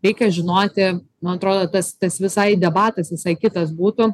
reikia žinoti man atrodo tas tas visai debatas visai kitas būtų